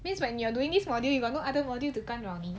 means when you're doing this module you got no other modules to 干扰你